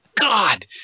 God